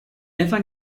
ewa